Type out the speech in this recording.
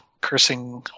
cursing